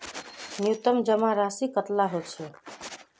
न्यूनतम जमा राशि कतेला होचे?